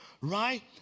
Right